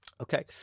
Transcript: Okay